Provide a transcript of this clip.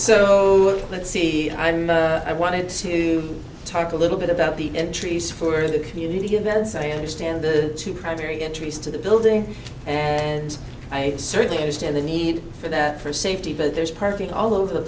so let's see i mean i wanted to talk a little bit about the entries for the community given as i understand the two primary entries to the building and i certainly understand the need for that for safety but there's perfect all over the